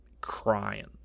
Crying